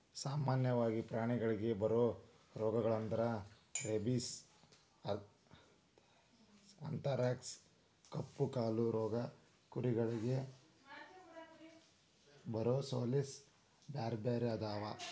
ಸಾಮನ್ಯವಾಗಿ ಪ್ರಾಣಿಗಳಿಗೆ ಬರೋ ರೋಗಗಳಂದ್ರ ರೇಬಿಸ್, ಅಂಥರಾಕ್ಸ್ ಕಪ್ಪುಕಾಲು ರೋಗ ಕುರಿಗಳಿಗೆ ಬರೊಸೋಲೇಸ್ ಬ್ಯಾರ್ಬ್ಯಾರೇ ಅದಾವ